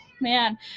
man